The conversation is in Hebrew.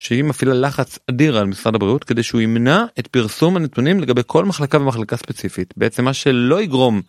שהיא מפעילה לחץ אדיר על משרד הבריאות כדי שהוא ימנע את פרסום הנתונים לגבי כל מחלקה ומחלקה ספציפית, בעצם מה שלא יגרום...